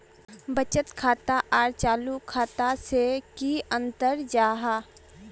बचत खाता आर चालू खाता से की अंतर जाहा?